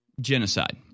genocide